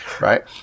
right